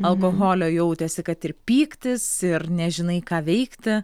alkoholio jautėsi kad ir pyktis ir nežinai ką veikti